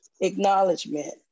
Acknowledgement